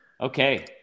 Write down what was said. Okay